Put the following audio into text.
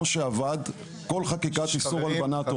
כמו המודל שעבד בחקיקת איסור הלבנת הון.